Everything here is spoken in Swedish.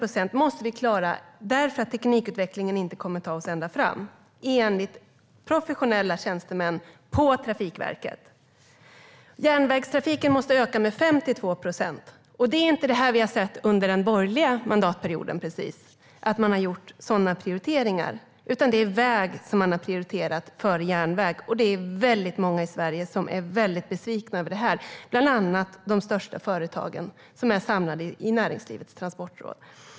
Vi måste klara 48 procent därför att teknikutvecklingen inte kommer att ta oss ända fram, enligt professionella tjänstemän på Trafikverket. Järnvägstrafiken måste öka med 52 procent. Vi har inte sett att man har gjort sådana prioriteringar under den borgerliga mandatperioden, precis, utan man har prioriterat väg före järnväg. Det är många i Sverige som är väldigt besvikna över det, bland andra de största företagen som är samlade i Näringslivets Transportråd.